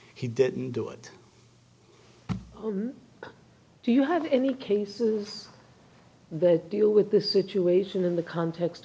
he didn't do it do you have any cases they deal with this situation in the context